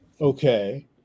okay